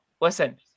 Listen